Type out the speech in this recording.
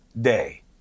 day